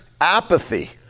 apathy